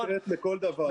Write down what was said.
יש עת לכל דבר.